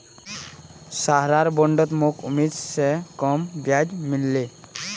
सहारार बॉन्डत मोक उम्मीद स कम ब्याज मिल ले